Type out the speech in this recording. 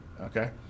okay